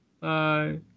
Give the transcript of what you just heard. Bye